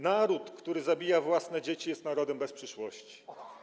Naród, który zabija własne dzieci, jest narodem bez przyszłości.